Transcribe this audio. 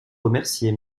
remercier